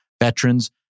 veterans